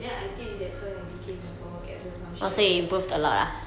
then I think that's why I became the floorball captain or some shit like that